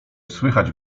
słychać